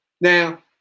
now